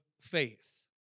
faith